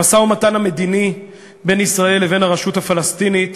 המשא-ומתן המדיני בין ישראל לבין הרשות הפלסטינית